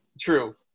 True